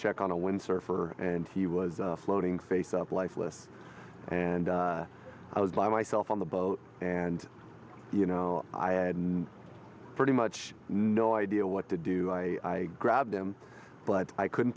check on a windsurfer and he was floating face up lifeless and i was like myself on the boat and you know i had pretty much no idea what to do i grabbed him but i couldn't